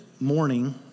morning